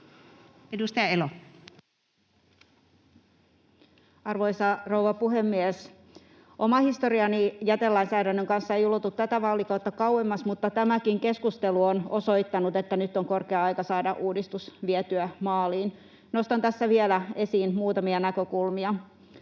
— Tack. Arvoisa rouva puhemies! Oma historiani jätelainsäädännön kanssa ei ulotu tätä vaalikautta kauemmas, mutta tämäkin keskustelu on osoittanut, että nyt on korkea aika saada uudistus vietyä maaliin. Nostan tässä vielä esiin muutamia näkökulmia.